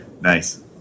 nice